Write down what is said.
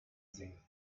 sehen